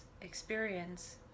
experience